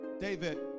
David